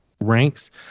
ranks